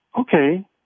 Okay